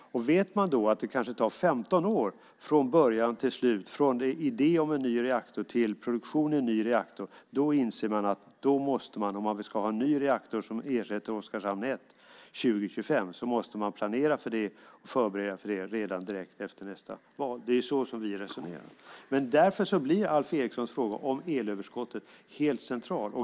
Vet man då att det kanske tar 15 år från början till slut, från en idé om en ny reaktor till produktion i en ny reaktor, inser man att om man ska ha en ny reaktor som ersätter Oskarshamn 1 år 2025 måste man planera för det och förbereda det redan direkt efter nästa val. Det är så vi resonerar. Det är därför Alf Erikssons fråga om elöverskott blir helt central.